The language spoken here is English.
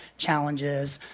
challenges.